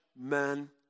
men